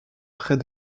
trait